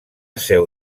seu